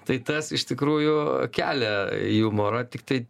tai tas iš tikrųjų kelia jumorą tiktai